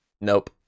nope